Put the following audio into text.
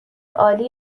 عالی